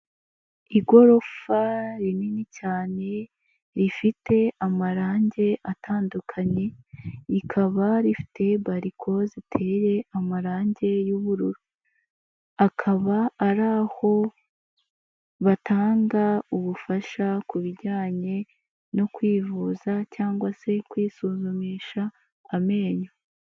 Igorofa rinini cyane rifite amarangi atandukanye, rikaba rifite bariko ziteye amarangi y'ubururu. Akaba ari aho batanga ubufasha ku bijyanye no kwivuza cyangwa se kwisuzumisha amenyo.